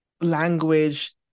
language